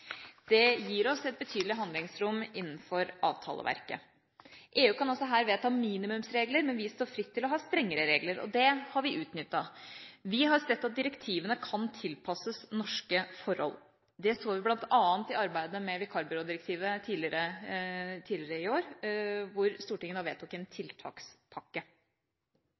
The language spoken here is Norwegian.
Det gir oss et betydelig handlingsrom innenfor avtaleverket. EU kan også her vedta minimumsregler, men vi står fritt til å ha strengere regler. Det har vi utnyttet. Vi har sett at direktivene kan tilpasses norske forhold. Det så vi bl.a. i arbeidet med vikarbyrådirektivet tidligere i år, hvor Stortinget vedtok en tiltakspakke.